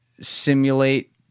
simulate